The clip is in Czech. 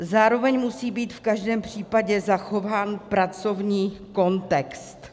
Zároveň musí být v každém případě zachován pracovní kontext.